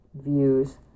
views